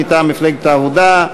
מטעם מפלגת העבודה,